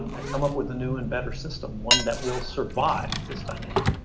and come up with a new and better system, one that will survive this dynamic.